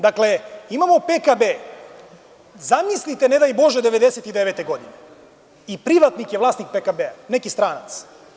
Dakle, imamo PKB zamislite nedaj Bože 1999. godine i privatnik je vlasnik PKB neki stranac.